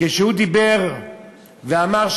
שדיבר ואמר,